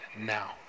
now